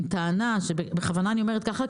עם טענה בכוונה אני אומרת ככה,